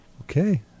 Okay